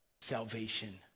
salvation